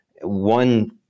One